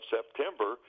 September